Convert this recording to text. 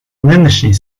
нынешней